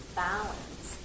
balance